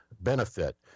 benefit